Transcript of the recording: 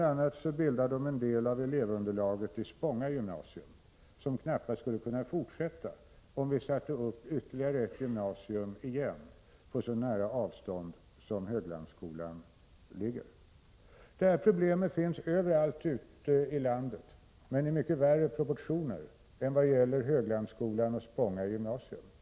a. bildar de en del av elevunderlaget i Spånga gymnasium, som knappast skulle kunna fortsätta om vi återupprättade ett gymnasium lika nära Spångagymnasiet som Höglandsskolan ligger. Samma problem finns överallt ute i landet, men de har då mycket större proportioner än Höglandsskolans och Spånga gymnasiums problem.